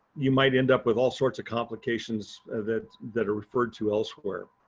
you might end up with all sorts of complications that that are referred to elsewhere.